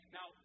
Now